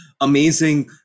amazing